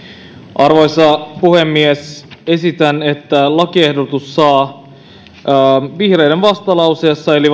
arvoisa puhemies esitän että lakiehdotus saa vihreiden vastalauseessa eli